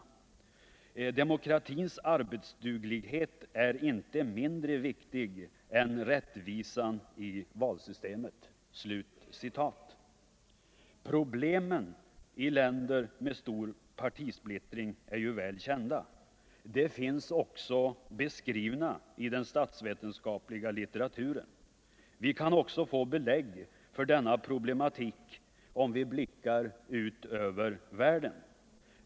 Demokratins arbetsduglighet är inte mindre viktig än rättvisan i valsystemet.” Problemen i länder med stor partisplittring är väl kända. De finns också beskrivna i den statsvetenskapliga litteraturen. Vi kan också få exempel på denna problematik om vi blickar ut över världen.